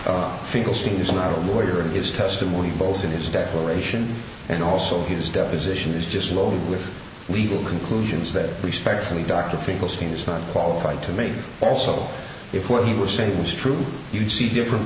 finkelstein is not a lawyer and his testimony both in his declaration and also his deposition is just loaded with legal conclusions that respectfully dr finkelstein is not qualified to make also if what he was saying was true you see different